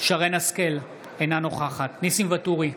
שרן מרים השכל, אינה נוכחת ניסים ואטורי,